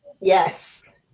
yes